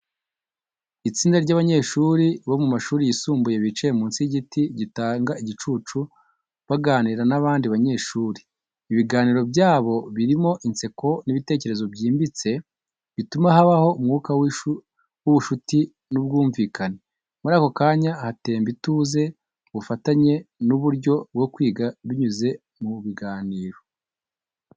Itsinda ry’abanyeshuri bo mu mashuri yisumbuye bicaye munsi y’igiti gitanga igicucu, baganira n’abandi banyeshuri. Ibiganiro byabo birimo inseko n’ibitekerezo byimbitse, bituma habaho umwuka w’ubushuti n’ubwumvikane. Muri ako kanya hatemba ituze, ubufatanye, n’uburyo bwo kwiga binyuze mu biganiro.